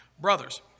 Brothers